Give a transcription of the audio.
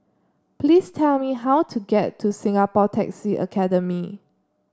please tell me how to get to Singapore Taxi Academy